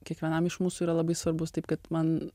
kiekvienam iš mūsų yra labai svarbus taip kad man